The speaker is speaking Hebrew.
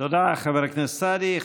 תודה, חבר הכנסת סעדי.